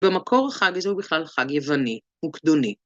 במקור החג הזה הוא בכלל חג יווני וקדוני.